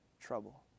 trouble